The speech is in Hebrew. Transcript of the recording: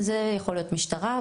זה יכול להיות משטרה,